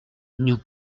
nous